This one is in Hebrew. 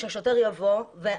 אני